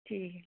ठीक ऐ